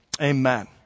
amen